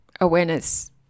awareness